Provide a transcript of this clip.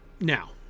Now